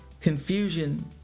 confusion